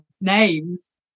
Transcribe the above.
names